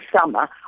summer